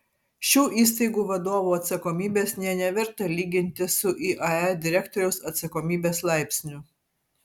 šių įstaigų vadovų atsakomybės nė neverta lyginti su iae direktoriaus atsakomybės laipsniu